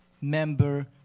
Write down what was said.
member